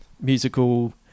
musical